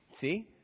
See